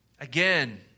Again